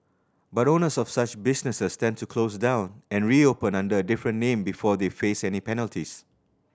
but owners of such businesses tend to close down and reopen under a different name before they face any penalties